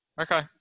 okay